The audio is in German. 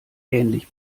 ähnlich